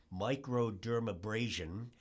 microdermabrasion